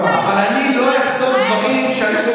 אבל אם אתה חושב שזה מעשה אמיץ